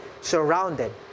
surrounded